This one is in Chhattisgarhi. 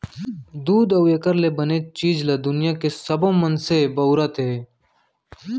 दूद अउ एकर ले बने चीज ल दुनियां के सबो मनसे बउरत हें